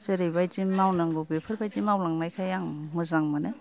जेरैबादि मावनांगौ बेफोरबादि मावलांनायखाय आं मोजां मोनो